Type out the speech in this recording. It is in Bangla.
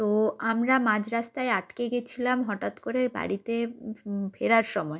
তো আমরা মাঝ রাস্তায় আটকে গেছিলাম হটাৎ করে বাড়িতে ফেরার সময়